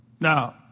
Now